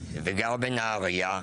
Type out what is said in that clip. וגר בנהריה,